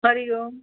हरिः ओम्